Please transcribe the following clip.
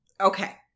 okay